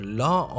law